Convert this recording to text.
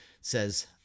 says